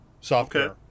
software